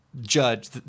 judge